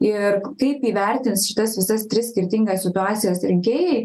ir kaip įvertins šitas visas tris skirtingas situacijas rinkėjai